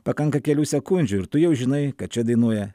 pakanka kelių sekundžių ir tu jau žinai kad čia dainuoja